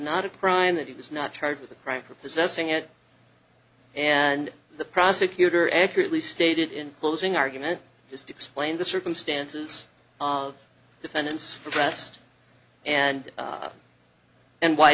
not a crime that he was not charged with a crime for possessing it and the prosecutor accurately stated in closing argument just explain the circumstances of defendants for rest and and why